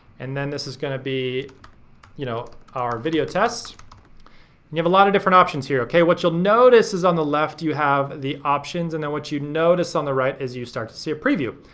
and then this is gonna be you know our video test. and you have a lot of different options here. okay, what you'll notice is on the left you have the options and then what you notice on the right is you start to see a preview.